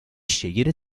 scegliere